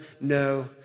No